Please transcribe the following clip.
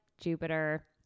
Jupiter